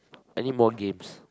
anymore games